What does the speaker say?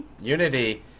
Unity